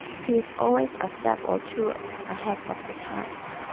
he is always a step or two ahead of the times.